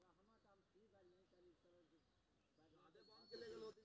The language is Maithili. हम डेबिट कार्ड के लिए ऑनलाइन आवेदन केना करब?